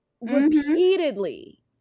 repeatedly